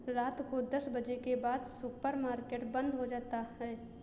रात को दस बजे के बाद सुपर मार्केट बंद हो जाता है